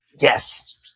yes